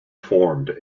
formed